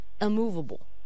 immovable